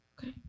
Okay